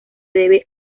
debe